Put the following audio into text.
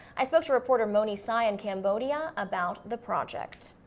i spoke to reporter mony say in cambodia about the project.